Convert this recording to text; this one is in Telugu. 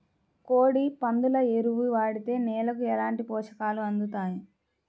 కోడి, పందుల ఎరువు వాడితే నేలకు ఎలాంటి పోషకాలు అందుతాయి